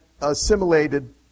assimilated